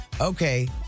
Okay